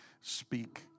speak